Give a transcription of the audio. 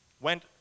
Went